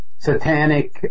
satanic